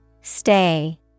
stay